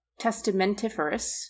Testamentiferous